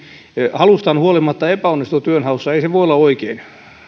halustaan huolimatta epäonnistuu työnhaussa ei se voi olla oikein